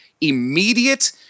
immediate